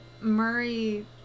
Murray